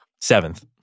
Seventh